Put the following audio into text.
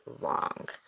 long